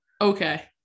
okay